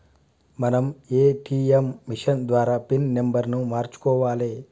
మనం ATM machine ద్వారా pin నెంబర్ను మార్చుకోవాలే